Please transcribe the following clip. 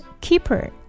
Keeper